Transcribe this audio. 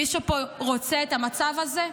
מישהו פה רוצה את המצב הזה?